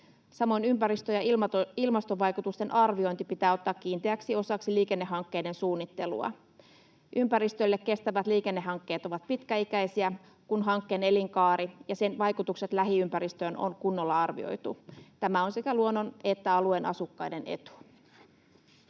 Samoin ympäristö- ja ilmastovaikutusten arviointi pitää ottaa kiinteäksi osaksi liikennehankkeiden suunnittelua. Ympäristölle kestävät liikennehankkeet ovat pitkäikäisiä, kun hankkeen elinkaari ja sen vaikutukset lähiympäristöön on kunnolla arvioitu. Tämä on sekä luonnon että alueen asukkaiden etu.